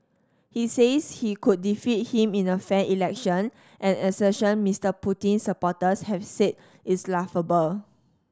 he says he could defeat him in a fair election an assertion Mister Putin's supporters have said is laughable